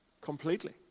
completely